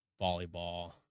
volleyball